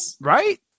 Right